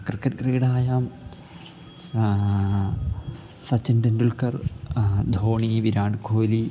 cricket क्रीडायां स सचिनतेण्डुल्कर् धोणि विराटकोह्लि